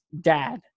dad